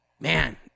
Man